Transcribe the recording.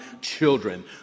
children